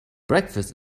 breakfast